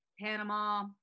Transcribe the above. Panama